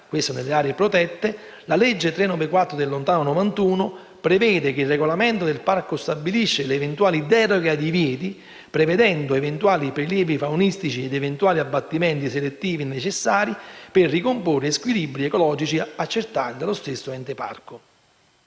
nelle aree protette, la legge n. 394 del lontano 1991 prevede che il regolamento del Parco stabilisca le eventuali deroghe ai divieti, prevedendo eventuali prelievi faunistici ed eventuali abbattimenti selettivi necessari per ricomporre squilibri ecologici accertati dallo stesso Ente parco.